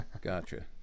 Gotcha